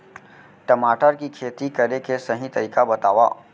टमाटर की खेती करे के सही तरीका बतावा?